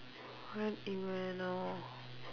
what in where now